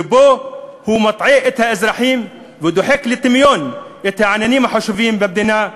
שבו הוא מטעה את האזרחים ודוחק לטמיון את העניינים החשובים במדינה.